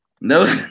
No